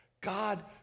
God